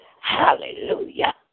hallelujah